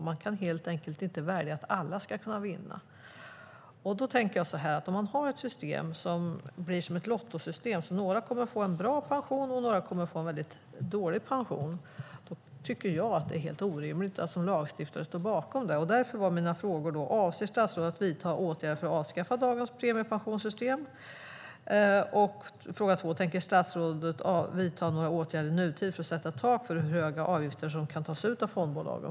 Man kan helt enkelt inte välja att alla ska kunna vinna. Om man har ett system som blir som ett lottosystem, där några kommer att få en bra pension och några en väldigt dålig pension, tycker jag att det är helt orimligt att som lagstiftare stå bakom det. Därför var mina frågor i interpellationen: "Avser statsrådet att ta några initiativ för att avskaffa dagens premiepensionssystem? Tänker statsrådet ta några initiativ i nutid för att sätta ett tak för hur höga avgifter som kan tas ut av fondbolagen?"